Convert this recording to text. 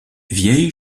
vieille